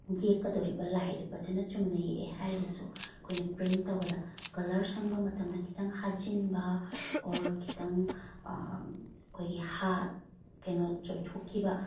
ꯌꯦꯛꯀꯗꯧꯔꯤꯕ ꯂꯥꯏꯗꯣ ꯐꯖꯅ ꯆꯨꯝꯅ ꯌꯦꯛꯑꯦ ꯍꯥꯏꯔꯒꯁꯨ ꯑꯩꯈꯣꯏꯅ ꯄ꯭ꯔꯤꯟꯠ ꯇꯧꯕꯗ ꯀꯂ꯭ꯔ ꯁꯪꯕ ꯃꯇꯝꯗ ꯈꯤꯇꯪ ꯍꯥꯖꯤꯟꯕ ꯑꯣꯔ ꯈꯤꯇꯪ ꯑꯩꯈꯣꯏꯒꯤ ꯀꯩꯅꯣ ꯆꯣꯏꯊꯣꯛꯈꯤꯕ